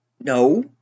No